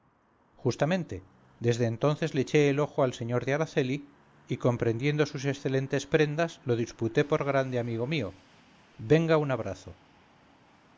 justamente desde entonces le eché el ojo al sr de araceli y comprendiendo sus excelentes prendas lo diputé por grande amigo mío venga un abrazo